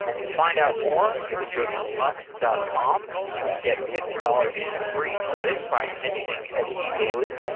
to find out more, you can go to mux dot com. you can get fifty dollars in free credit by mentioning se daily,